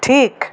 ঠিক